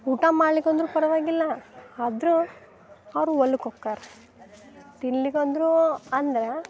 ಊಟ ಮಾಡ್ಲಿಕ್ಕಂದರೂ ಪರವಾಗಿಲ್ಲ ಆದರು ಅವ್ರು ಹೊಲಕ್ಕೆ ಹೊಕ್ಕಾರ ತಿನ್ಲಿಕ್ಕಂದ್ರೂ ಅಂದ್ರೆ